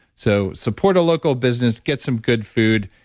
so support a local business, get some good food,